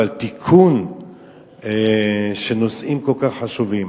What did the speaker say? אבל תיקון של נושאים כל כך חשובים.